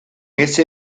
ese